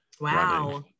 Wow